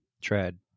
tread